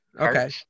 Okay